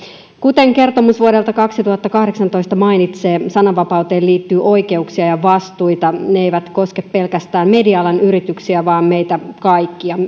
kuten kertomus vuodelta kaksituhattakahdeksantoista mainitsee sananvapauteen liittyy oikeuksia ja vastuita ne eivät koske pelkästään media alan yrityksiä vaan meitä kaikkia